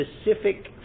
specific